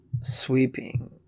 Sweeping